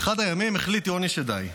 באחד הימים החליט יוני שדי,